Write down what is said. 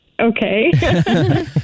Okay